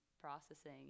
processing